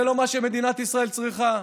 זה לא מה שמדינת ישראל צריכה.